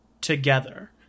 together